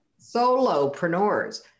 solopreneurs